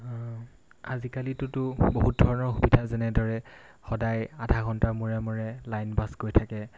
আজিকালিতোতো বহুত ধৰণৰ সুবিধা যেনেদৰে সদায় আধা ঘণ্টা মূৰে মূৰে লাইন বাছ গৈ থাকে